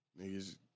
niggas